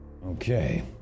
Okay